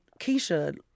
Keisha